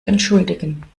entschuldigen